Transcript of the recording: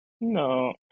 no